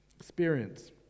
experience